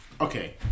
okay